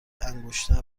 انگشتر